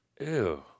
ew